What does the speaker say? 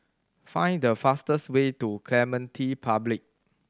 find the fastest way to Clementi Public